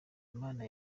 imana